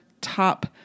Top